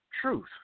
truth